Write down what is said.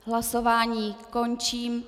Hlasování končím.